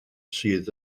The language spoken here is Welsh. sydd